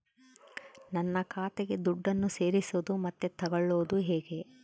ನನ್ನ ಖಾತೆಗೆ ದುಡ್ಡನ್ನು ಸೇರಿಸೋದು ಮತ್ತೆ ತಗೊಳ್ಳೋದು ಹೇಗೆ?